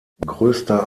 größter